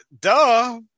duh